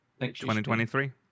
2023